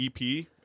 EP